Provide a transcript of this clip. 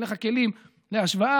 אין לך כלים להשוואה.